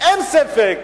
אין ספק,